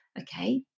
okay